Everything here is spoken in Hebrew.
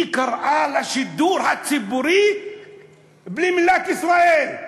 היא קראה לשידור הציבורי בלי המילה "ישראל",